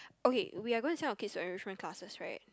okay we are going to send our kids to enrichment classes right